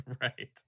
Right